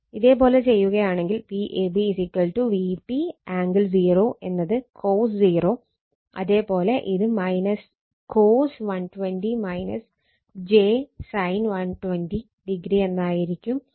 ഇതേ പോലെ ചെയ്യുകയാണെങ്കിൽ Vab Vp ആംഗിൾ 0 എന്നത് cos 0 അതേ പോലെ ഇത് cos 120 j sin 120o എന്നായിരിക്കും